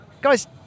Guys